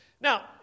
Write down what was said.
Now